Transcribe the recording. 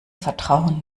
vertrauen